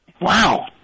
Wow